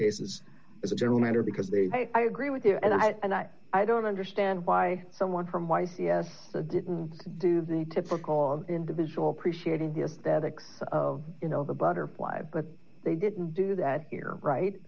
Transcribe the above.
cases as a general matter because they i agree with you and i and i i don't understand why someone from y c s the didn't do the typical individual appreciating the aesthetics of the butterfly but they didn't do that here right